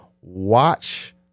Watch